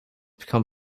become